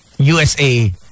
USA